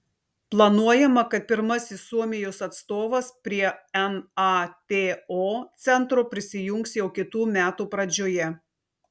planuojama kad pirmasis suomijos atstovas prie nato centro prisijungs jau kitų metų pradžioje